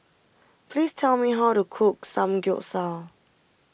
please tell me how to cook Samgyeopsal